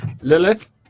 Lilith